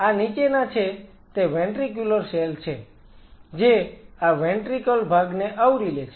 આ નીચેના છે તે વેન્ટ્રિક્યુલર સેલ છે જે આ વેન્ટ્રિક્લ ભાગને આવરી લે છે